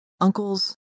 uncles